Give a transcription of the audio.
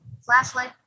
Flashlight